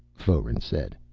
foeren said.